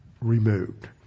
removed